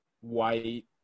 white